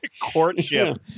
courtship